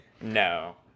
No